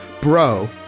Bro